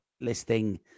listing